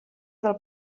del